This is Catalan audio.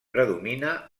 predomina